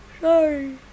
sorry